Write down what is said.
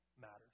matters